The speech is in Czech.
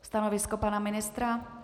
Stanovisko pana ministra?